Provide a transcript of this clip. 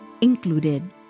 included